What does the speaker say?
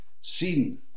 seen